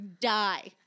die